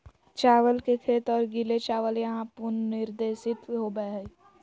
चावल के खेत और गीले चावल यहां पुनर्निर्देशित होबैय हइ